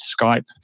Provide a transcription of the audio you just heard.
Skype